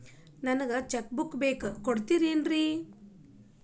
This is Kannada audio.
ನಂಗ ಚೆಕ್ ಬುಕ್ ಬೇಕು ಕೊಡ್ತಿರೇನ್ರಿ?